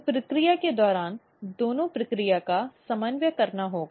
तो प्रक्रिया के दौरान दोनों प्रक्रिया का समन्वय करना होगा